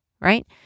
right